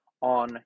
on